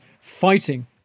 fighting